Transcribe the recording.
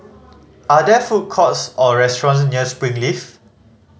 are there food courts or restaurants near Springleaf